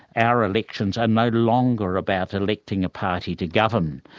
our elections are no longer about electing a party to govern,